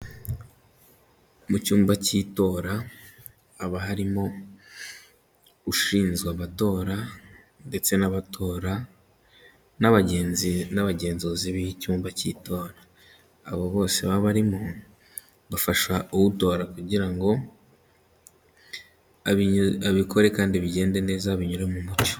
Mu cyumba cy'itora haba harimo ushinzwe amatora ndetse n'abatora n'abagenzi n'abagenzuzi b'icyumba cy'itora, abo bose baba barimo bafasha utora kugira ngo abikore kandi bigende neza binyura mu mucyo.